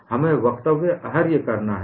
हमें वकतव्य अहर्य करना होगा